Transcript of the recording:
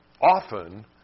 often